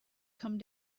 come